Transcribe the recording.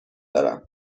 دارم